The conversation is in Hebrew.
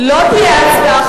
לא תהיה הצבעה,